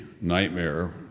nightmare